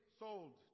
sold